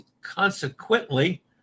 Consequently